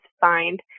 find